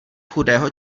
chudého